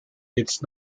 jetzt